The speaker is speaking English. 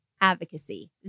advocacy